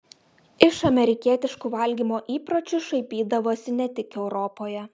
iš amerikietiškų valgymo įpročių šaipydavosi ne tik europoje